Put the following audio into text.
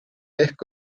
ehk